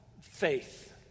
faith